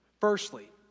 Firstly